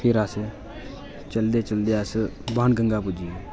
फिर अस चलदे चलदे अस बाण गंगा पुज्जी गे